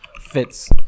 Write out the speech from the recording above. fits